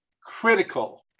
critical